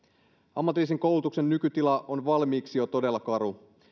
ammatillisen koulutuksen nykytila on jo valmiiksi todella karu